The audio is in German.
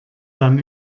dann